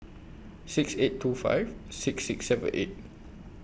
six eight two five six six seven eight